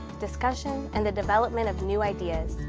discussion, and the development of new ideas.